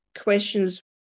questions